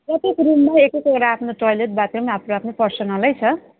प्रत्येक रुममै एक एकवटा आफ्नो टोइलेट बाथ रुम आफ्नो आफ्नो पर्सनलै छ